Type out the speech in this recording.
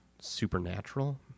supernatural